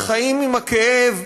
שחיים עם הכאב,